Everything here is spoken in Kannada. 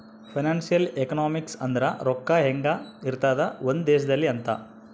ಫೈನಾನ್ಸಿಯಲ್ ಎಕನಾಮಿಕ್ಸ್ ಅಂದ್ರ ರೊಕ್ಕ ಹೆಂಗ ಇರ್ತದ ಒಂದ್ ದೇಶದಲ್ಲಿ ಅಂತ